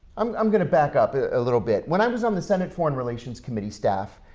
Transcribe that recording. um i'm going to back up a little bit. when i was on the senate foreign relations committee staff,